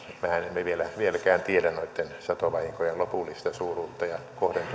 mehän emme vieläkään tiedä noitten satovahinkojen lopullista suuruutta ja